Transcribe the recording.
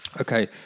Okay